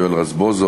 יואל רזבוזוב,